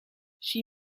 she